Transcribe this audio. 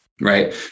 right